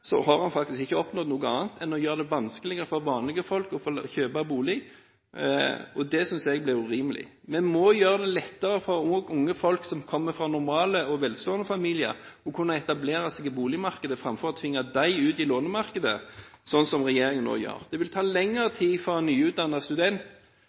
har man faktisk ikke oppnådd noe annet enn å gjøre det vanskeligere for vanlige folk å kjøpe bolig. Det synes jeg blir urimelig. Vi må også gjøre det lettere for unge folk som kommer fra normale og velstående familier, å kunne etablere seg i boligmarkedet framfor å tvinge dem ut i leiemarkedet, slik som regjeringen nå gjør. Det vil ta